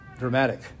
Dramatic